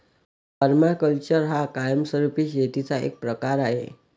permaculture हा कायमस्वरूपी शेतीचा एक प्रकार आहे